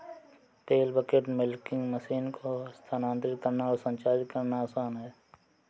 पेल bucket milking machine को स्थानांतरित करना और संचालित करना आसान है